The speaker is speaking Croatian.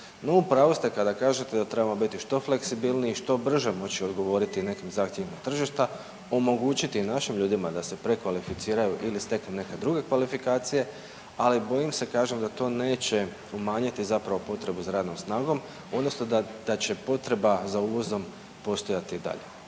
pravu ste kada kažete da trebamo biti što fleksibilniji, što brže moći odgovoriti nekim zahtjevima tržišta, omogućiti i našim ljudima da se prekvalificiraju ili steknu neke druge kvalifikacije ali bojim se kažem da to neće umanjiti zapravo potrebu za radnom snagom odnosno da će potreba za uvozom postojati i dalje.